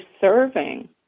serving